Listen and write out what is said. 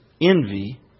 envy